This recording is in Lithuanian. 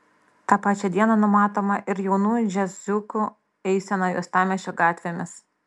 tą pačią dieną numatoma ir jaunųjų džiaziukų eisena uostamiesčio gatvėmis